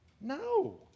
No